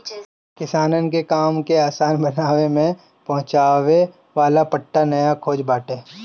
किसानन के काम के आसान बनावे में पहुंचावे वाला पट्टा नया खोज बाटे